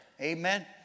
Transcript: Amen